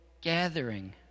gathering